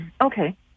Okay